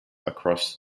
across